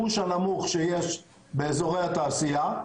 למימוש הנמוך שיש באזורי התעשייה,